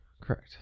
Correct